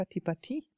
Patipati